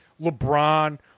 LeBron